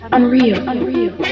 Unreal